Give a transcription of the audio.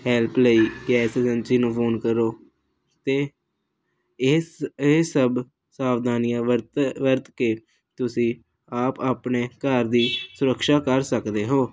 help ਲਈ gas agency ਨੂੰ phone ਕਰੋ ਅਤੇ ਇਸ ਇਹ ਸਭ ਸਾਵਧਾਨੀਆਂ ਵਰਤ ਵਰਤ ਕੇ ਤੁਸੀਂ ਆਪ ਆਪਣੇ ਘਰ ਦੀ ਸੁਰਕਸ਼ਾ ਕਰ ਸਕਦੇ ਹੋ